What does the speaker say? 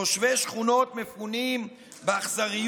תושבי השכונות מפונים באכזריות,